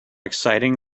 exciting